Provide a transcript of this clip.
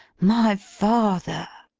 my father!